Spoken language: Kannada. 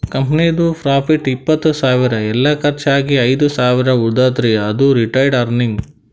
ಕಂಪನಿದು ಪ್ರಾಫಿಟ್ ಇಪ್ಪತ್ತ್ ಸಾವಿರ ಎಲ್ಲಾ ಕರ್ಚ್ ಆಗಿ ಐದ್ ಸಾವಿರ ಉಳಿತಂದ್ರ್ ಅದು ರಿಟೈನ್ಡ್ ಅರ್ನಿಂಗ್